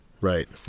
right